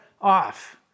off